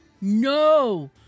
No